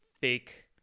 fake